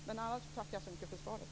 Annars tackar jag så mycket för svaret.